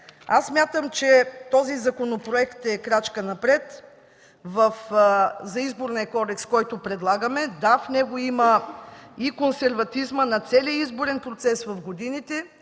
Аз смятам, че този законопроект е крачка напред – Изборният кодекс, който предлагаме. Да, в него има и консерватизма на целия изборен процес в годините,